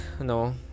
no